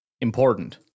important